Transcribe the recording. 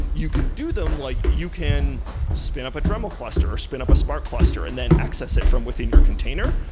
you can do them, like you can spin up a dremel cluster, or spin up a spark cluster and then access it from within your container,